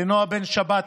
לנועה בן שבת,